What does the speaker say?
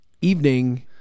evening